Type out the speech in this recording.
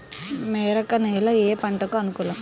మెరక నేల ఏ పంటకు అనుకూలం?